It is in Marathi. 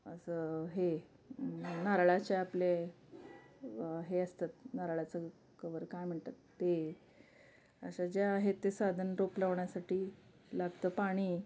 असं हे नारळाचे आपले हे असतात नारळाचं कवर काय म्हणतात ते अशा ज्या आहेत ते साधन रोप लावण्यासाठी लागतं पाणी